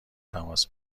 تماس